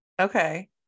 Okay